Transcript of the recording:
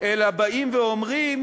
אלא באים ואומרים: